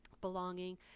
belonging